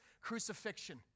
Crucifixion